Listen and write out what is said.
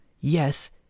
Yes